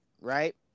right